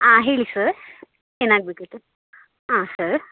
ಹಾಂ ಹೇಳಿ ಸರ್ ಏನಾಗಬೇಕಿತ್ತು ಹಾಂ ಸರ್